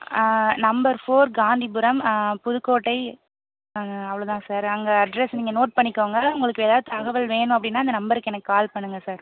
number four Gandhipuram Pudukkottai அவ்வளோ தான் sir அங்கே அட்ரஸ் நீங்கள் நோட் பண்ணிக்கோங்க உங்களுக்கு ஏதாவது தகவல் வேணும் அப்படின்னா இந்த நம்பருக்கு எனக்கு கால் பண்ணுங்கள் சார்